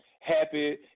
happy